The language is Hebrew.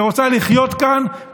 שרוצה לחיות כאן,